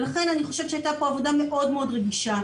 ולכן אני חושבת שהייתה פה עבודה מאוד מאוד רגישה.